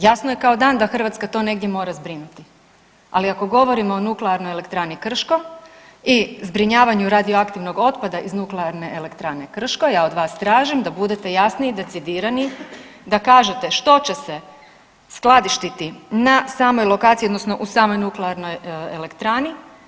Jasno je kao dan da Hrvatska to negdje mora zbrinuti, ali ako govorimo o nuklearnoj elektrani Krško i zbrinjavanju radioaktivnog otpada iz nuklearne elektrane Krško ja od vas tražim da budete jasniji i decidirani, da kažete što će se skladištiti na samoj lokaciji, odnosno u samoj nuklearnoj elektrani.